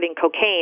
cocaine